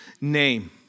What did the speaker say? name